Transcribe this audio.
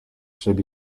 should